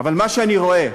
אבל מה שאני רואה,